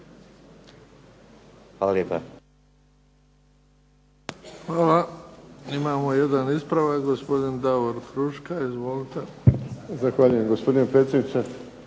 Hvala lijepa.